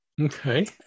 Okay